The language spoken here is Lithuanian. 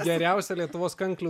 geriausia lietuvos kanklių